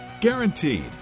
guaranteed